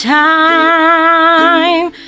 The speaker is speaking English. time